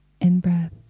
in-breath